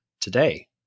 Today